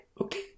okay